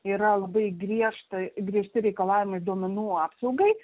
yra labai griežtai griežti reikalavimai duomenų apsaugai